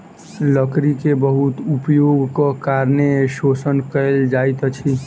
लकड़ी के बहुत उपयोगक कारणें शोषण कयल जाइत अछि